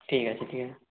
ঠিক আছে ঠিক